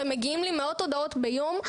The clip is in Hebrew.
ומגיעים לי מאות הודעות ביום,